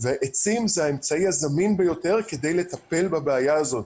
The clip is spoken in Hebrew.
ועצים הם האמצעי הזמין ביותר כדי לטפל בבעיה הזאת,